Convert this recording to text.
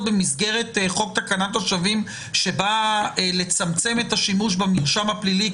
זה מטריד אותי שרשויות התביעה בכלל חושבות במונחים של